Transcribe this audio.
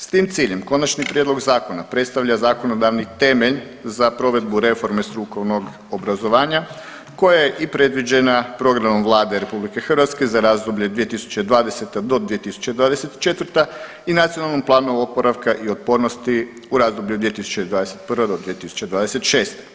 S tim ciljem konačni prijedlog zakona predstavlja zakonodavni temelj za provedbu reforme strukovnog obrazovanja koja je i predviđena programom Vlade RH za razdoblje 2020. do 2024. i Nacionalnom planu oporavka i otpornosti u razdoblju 2021. do 2026.